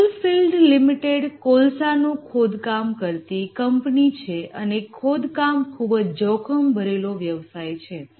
coalfield limited કોલસા નું ખોદકામ કરતી કંપની છે અને ખોદકામ ખુબજ જોખમ ભરેલો વ્યવસાય છે